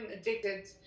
addicted